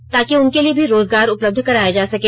ताकि उनके लिए भी रोजगार उपलब्ध कराया जा सके